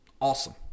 Awesome